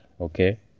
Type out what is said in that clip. okay